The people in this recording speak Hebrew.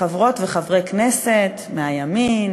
חברות וחברי כנסת מהימין,